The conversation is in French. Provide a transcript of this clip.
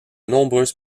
nombreuses